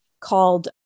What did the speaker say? called